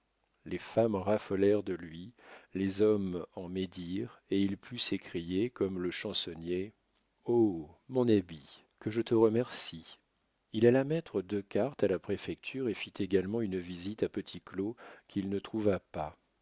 les femmes raffolèrent de lui les hommes en médirent et il put s'écrier comme le chansonnier o mon habit que je te remercie il alla mettre deux cartes à la préfecture et fit également une visite à petit claud qu'il ne trouva pas